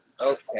okay